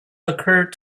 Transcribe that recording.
occurred